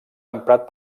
emprat